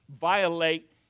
violate